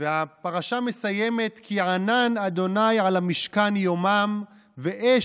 והפרשה מסיימת: "כי ענן ה' על המשכן יומם ואש